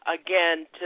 again